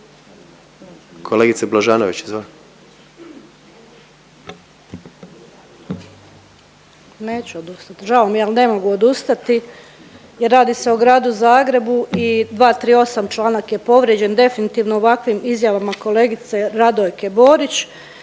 Danijela (HDZ)** Neću odustati. Žao mi je, ali ne mogu odustati jer radi se o gradu Zagrebu i 238 čl. je povrijeđen definitivno ovakvim izjavama kolegice Radojke Borić